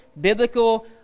biblical